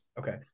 Okay